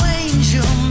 angel